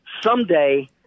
someday